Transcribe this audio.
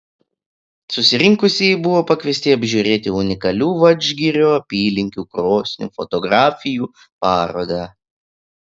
susirinkusieji buvo pakviesti apžiūrėti unikalių vadžgirio apylinkių krosnių fotografijų parodą